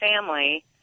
family